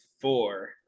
four